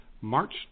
march